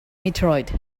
meteorite